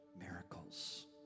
miracles